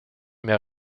mais